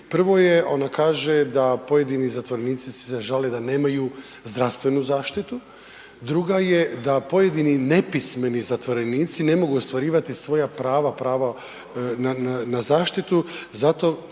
Prva je, ona kaže da pojedini zatvorenici se žale da nemaju zdravstvenu zaštitu. Druga je da pojedini nepismeni zatvorenici ne mogu ostvarivati svoja prava, prava na zaštitu zato